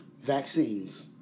Vaccines